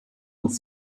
und